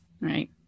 right